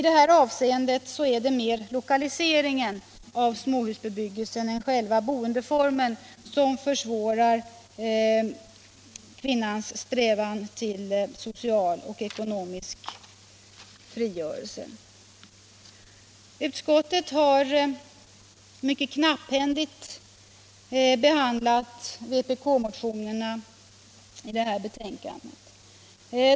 Det är dock mer lokaliseringen av småhusbebyggelsen än själva boendeformen som försvårar kvinnans strävan till social och ekonomisk frigörelse. Utskottet har behandlat vpk-motionerna mycket knapphändigt.